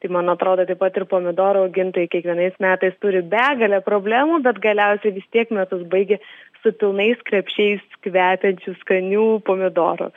tai man atrodo taip pat ir pomidorų augintojai kiekvienais metais turi begalę problemų bet galiausiai vis tiek metus baigia su pilnais krepšiais kvepiančių skanių pomidorų